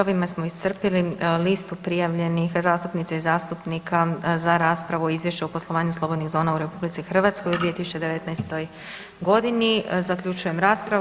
Ovime smo iscrpli listu prijavljenih zastupnica i zastupnika za raspravu o Izvješću o poslovanju slobodnih zona u RH u 2019.g. Zaključujem raspravu.